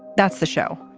that's the show.